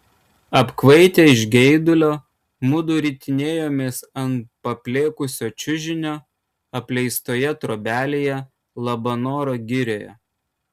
apkvaitę iš geidulio mudu ritinėjomės ant paplėkusio čiužinio apleistoje trobelėje labanoro girioje